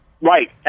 Right